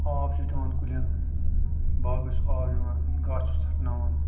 آب چھِس دِوان کُلیٚن باغَس چھُس آب دِوان گاسہٕ چھُس ژٹٕناوان